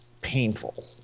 painful